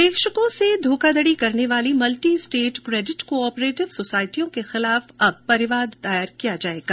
निवेशकों से धोखा धड़ी करने वाली multi state credit co-operative सोसायटियों के खिलाफ अब परिवाद दायर किया जायेगा